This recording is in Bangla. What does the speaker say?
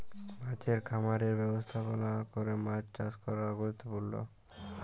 মাছের খামারের ব্যবস্থাপলা ক্যরে মাছ চাষ ক্যরা গুরুত্তপুর্ল